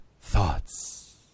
thoughts